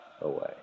away